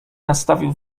nadstawił